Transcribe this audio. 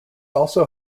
also